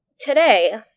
today